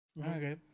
Okay